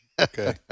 Okay